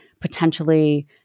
potentially